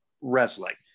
Wrestling